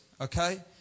Okay